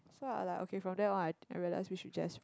so I like okay from then on I realized we should just